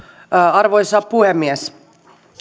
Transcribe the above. arvoisa puhemies